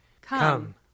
Come